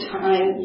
time